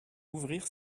ouvrir